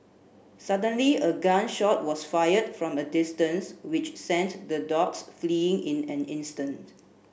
suddenly a gun shot was fired from a distance which sent the dogs fleeing in an instant